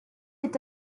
est